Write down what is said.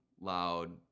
loud